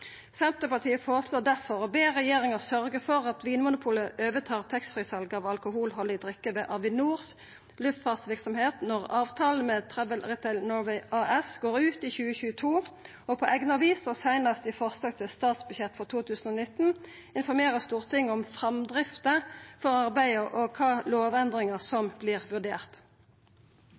Senterpartiet føreslår difor å be «regjeringen sørge for at Vinmonopolet overtar taxfree-salget av alkoholholdig drikke ved Avinors luftfartsvirksomheter når avtalen med Travel Retail Norway AS går ut i 2022, og på egnet vis og senest i forslag til statsbudsjett for 2019 informere Stortinget om framdrift for arbeidet og hvilke lovendringer som